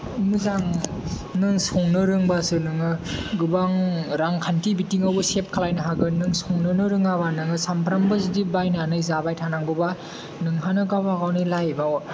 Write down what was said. मोजां नों संनो रोंबासो नोङो गोबां रांखान्थि बिथिंआवबो सेब खालायनो हागोन नों संनोनो रोङाबा नोङो सामफ्रामबो जुदि बायनानै जाबाय थानांगौबा नोंहानो गावबा गावनि लाइफाव